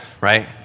right